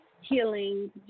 healing